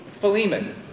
Philemon